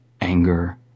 Anger